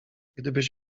gdybyś